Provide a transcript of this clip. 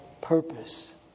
purpose